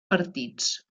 partits